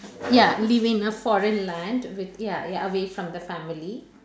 ya living in a foreign land with ya ya away from the family